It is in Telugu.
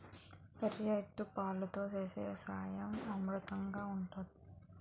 ఎరిటేజు పాలతో సేసే పాయసం అమృతంనాగ ఉంటది